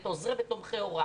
את עוזרי ותומכי הוראה.